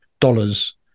dollars